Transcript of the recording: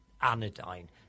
anodyne